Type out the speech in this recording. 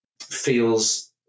feels